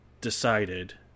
decided